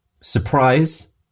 Surprise